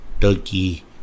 turkey